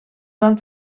van